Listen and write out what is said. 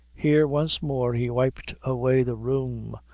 here once more he wiped away the rheum,